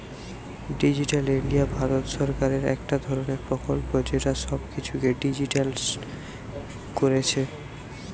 digital India Bharat সরকারের একটা ধরণের প্রকল্প যেটা সব কিছুকে ডিজিটালিসড কোরছে